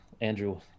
Andrew